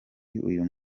uyu